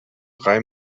drei